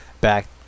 back